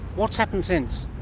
what's happened since?